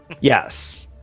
yes